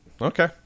Okay